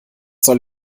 soll